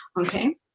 Okay